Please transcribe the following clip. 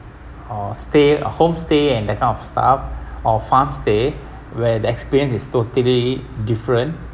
or stay a homestay and that kind of stuff or farm stay where the experience is totally different